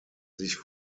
sich